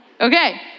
Okay